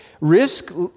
risk